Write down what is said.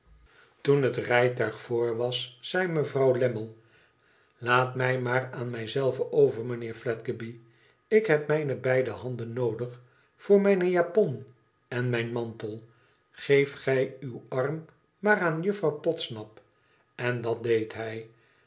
toen het rijtuig voor was zei mevrouw lammie ilaat mij maar aan mij zelve over mijnheer fledgeby ik heb mijne beide handen noodig voor mne japon en mijn mantel geef gij uw arm maar aan juffrouw podsnap en dat deed hij